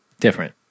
Different